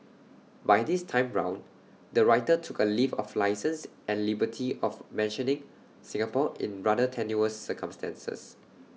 but this time round the writer took A leave of licence and liberty of mentioning Singapore in rather tenuous circumstances